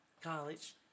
college